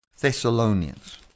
Thessalonians